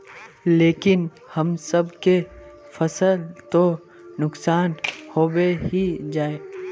लेकिन हम सब के फ़सल तो नुकसान होबे ही जाय?